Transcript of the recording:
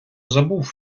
забув